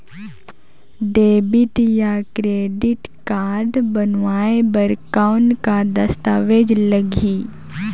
Debit या credit card बनवाय बर कौन का दस्तावेज लगही?